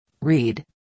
Read